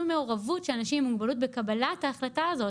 מעורבות של אנשים עם מוגבלות בקבלת ההחלטה הזאת.